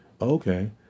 okay